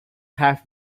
have